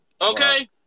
okay